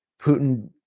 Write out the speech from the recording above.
Putin